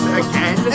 again